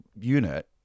unit